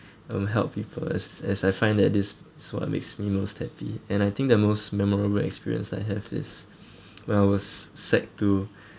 um help people as as I find that this is what makes me most happy and I think the most memorable experience I have is when I was sec two